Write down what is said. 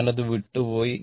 ഞാൻ അത് വിട്ടു പോയി